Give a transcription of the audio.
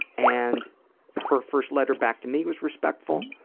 and her first letter back to me was respectful.